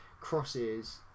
crosses